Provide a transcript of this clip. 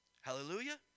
Hallelujah